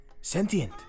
sentient